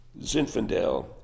Zinfandel